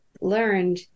learned